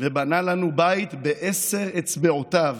ובנה לנו בית בעשר אצבעותיו